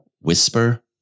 whisper